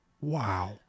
Wow